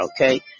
okay